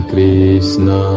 Krishna